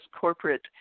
corporate